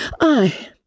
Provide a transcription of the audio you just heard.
I